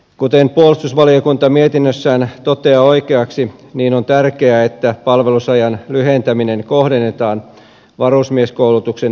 kuten puolustusvaliokunta mietinnössään toteaa oikeaksi on tärkeää että palvelusajan lyhentäminen kohdennetaan varusmieskoulutuksen loppuvaiheeseen joukkokoulutuskaudelle